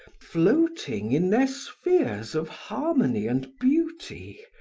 floating in their spheres of harmony and beauty,